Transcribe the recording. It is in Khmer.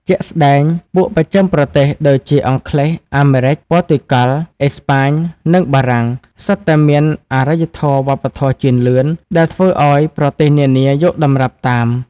ជាក់ស្ដែង ពួកបស្ចិមប្រទេសដូចជាអង់គ្លេស អាមេរិក ព័រទុយហ្គាល់ អេស្ប៉ាញ និងបារាំង សុទ្ធតែមានអារ្យធម៌វប្បធម៌ជឿនលឿន ដែលធ្វើឱ្យប្រទេសនានាយកតម្រាប់តាម។